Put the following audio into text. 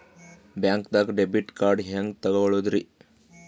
ಬ್ಯಾಂಕ್ದಾಗ debit card ಹೆಂಗ್ ತಗೊಳದ್ರಿ?